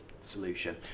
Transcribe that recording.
solution